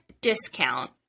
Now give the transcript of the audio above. discount